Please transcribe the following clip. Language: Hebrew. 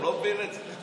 הוא לא מבין את זה.